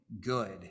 good